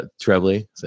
trebly